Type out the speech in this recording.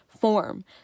form